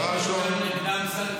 דבר ראשון --- האם יש גם נגדם סנקציות